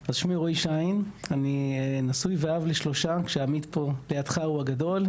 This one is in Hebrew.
שאני נשוי ואב לשלושה כשעמית שלידך הוא הגדול,